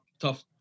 tough